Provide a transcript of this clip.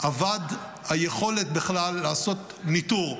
אבדה היכולת בכלל לעשות ניטור.